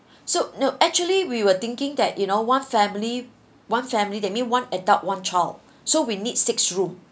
so no actually we were thinking that you know one family one family that mean one adult one child so we need six room